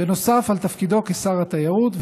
נוסף על תפקידו כשר התיירות,